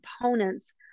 components